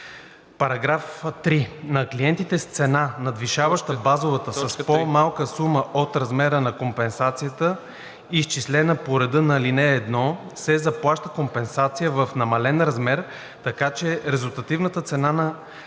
лв./MWh. (3) На клиентите с цена, надвишаваща базовата с по-малка сума от размера на компенсацията, изчислена по реда на ал. 1, се изплаща компенсация в намален размер, така че резултативната цена на